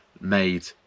made